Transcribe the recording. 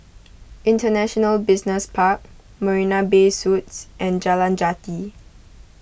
International Business Park Marina Bay Suites and Jalan Jati